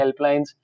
helplines